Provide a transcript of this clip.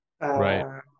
Right